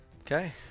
Okay